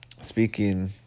speaking